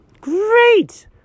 Great